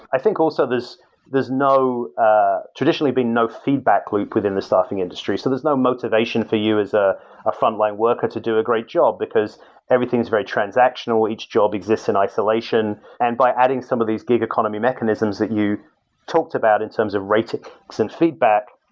i think also there's there's ah traditionally been no feedback loop within the staffing industry, so there's no motivation for you as ah a frontline worker to do a great job because everything is very transactional. each job exists in isolation. and by adding some of these gig economy mechanisms that you talked about in terms of ratings and feedback,